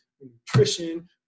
nutrition